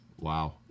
Wow